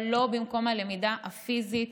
אבל לא במקום הלמידה הפיזית.